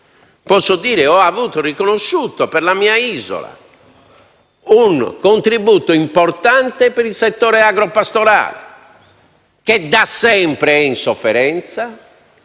Io stesso ho avuto riconosciuto per la mia isola un contributo importante per il settore agropastorale, che da sempre è in sofferenza